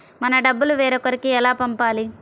మన డబ్బులు వేరొకరికి ఎలా పంపాలి?